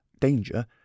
danger